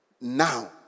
now